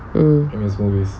mm